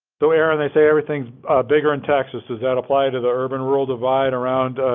so aaron, they say everything's bigger in texas, does that apply to the urban-rural divide around